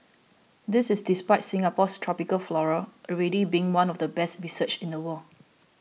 this is despite Singapore's tropical flora already being one of the best researched in the world